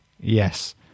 yes